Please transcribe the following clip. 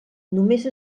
només